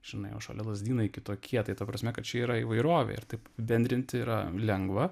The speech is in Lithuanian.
žinai o šalia lazdynai kitokie tai ta prasme kad čia yra įvairovė ir taip bendrinti yra lengva